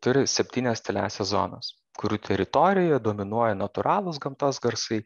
turi septynias tyliąsias zonas kurių teritorijoje dominuoja natūralūs gamtos garsai